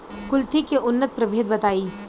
कुलथी के उन्नत प्रभेद बताई?